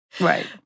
Right